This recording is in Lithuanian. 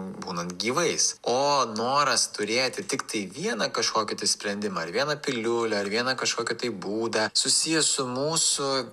būnant gyvais o noras turėti tiktai vieną kažkokį tai sprendimą ar vieną piliulę ar vieną kažkokį tai būdą susijęs su mūsų